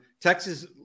Texas